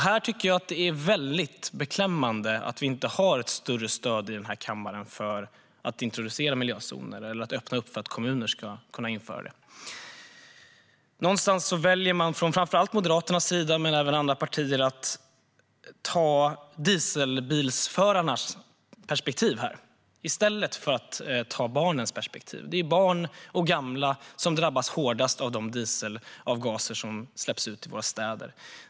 Jag tycker att det är väldigt beklämmande att vi inte har ett större stöd i den här kammaren för att introducera miljözoner eller öppna för att kommuner ska kunna införa sådana. Någonstans väljer man - framför allt Moderaterna men även andra partier - att ta dieselbilsförarnas perspektiv här i stället för att ta barnens perspektiv. Det är barn och gamla som drabbas hårdast av de dieselavgaser som släpps ut i våra städer.